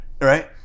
Right